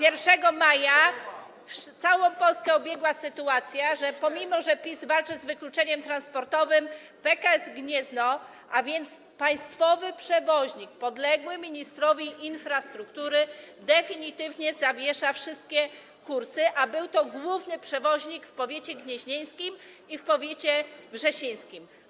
1 maja całą Polskę obiegła informacja, że pomimo iż PiS walczy z wykluczeniem transportowym, PKS Gniezno, a więc państwowy przewoźnik podległy ministrowi infrastruktury, definitywnie zawiesza wszystkie kursy, a był to główny przewoźnik w powiecie gnieźnieńskim i w powiecie wrzesińskim.